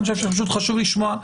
אני חושב שחשוב לשמוע.